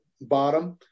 bottom